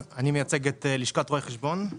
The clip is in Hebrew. מייצג את לשכת רואי חשבון.